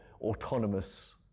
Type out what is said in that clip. autonomous